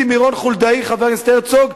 חבר הכנסת הרצוג,